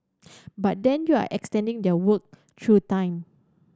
but then you're extending their work through time